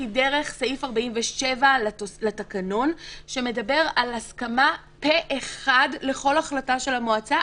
היא דרך סעיף 47 לתקנון שמדבר על הסכמה פה אחד לכל החלטה של המועצה,